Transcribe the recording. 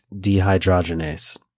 dehydrogenase